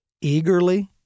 eagerly